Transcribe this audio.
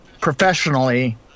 professionally